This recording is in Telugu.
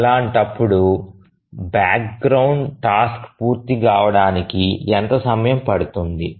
అలాంటప్పుడు బ్యాక్గ్రౌండ్ టాస్క్ పూర్తి కావడానికి ఎంత సమయం పడుతుంది